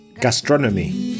Gastronomy